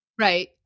Right